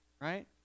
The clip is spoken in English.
right